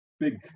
big